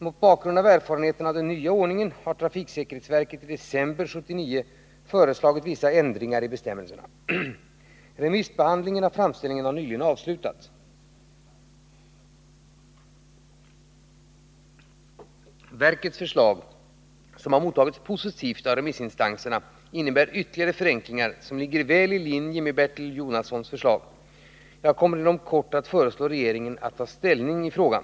Mot bakgrund av erfarenheterna av den nya ordningen har trafiksäkerhetsverket i december 1979 föreslagit vissa ändringar i bestämmelserna. Remissbehandlingen av framställningen har nyligen avslutats. Verkets förslag — som har mottagits positivt av remissinstanserna — innebär ytterligare förenklingar, som ligger väl i linje med Bertil Jonassons förslag. Jag kommer inom kort att föreslå regeringen att ta ställning i frågan.